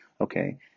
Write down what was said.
Okay